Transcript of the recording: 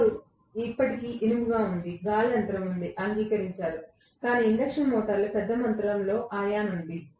core ఇప్పటికీ ఇనుముగా ఉంది గాలి అంతరం ఉంది అంగీకరించారు కాని ఇండక్షన్ మోటారులో పెద్ద మొత్తంలో అయాన్ ఉంది